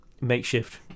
makeshift